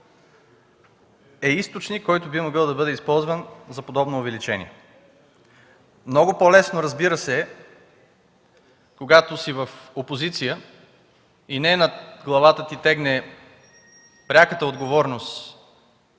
е източник, който би могъл да бъде използван за подобно увеличение. Много по-лесно, разбира се, е, когато си в опозиция и над главата ти не тегне пряката отговорност